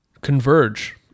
converge